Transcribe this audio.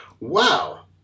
Wow